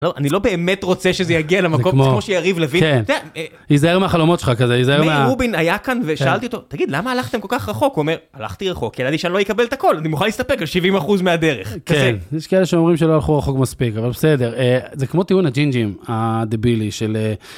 לא, אני לא באמת רוצה שזה יגיע למקום, זה כמו שיריב לוין, אתה יודע... היזהר מהחלומות שלך כזה, היזהר מה... מאיר רובין היה כאן ושאלתי אותו, תגיד, למה הלכתם כל כך רחוק? הוא אומר, הלכתי רחוק, כי ידעתי שאני לא יקבל את הכול, אני מוכן להסתפק על 70 אחוז מהדרך. כן, יש כאלה שאומרים שלא הלכו רחוק מספיק, אבל בסדר. זה כמו טיעון הג'ינג'ים הדבילי של...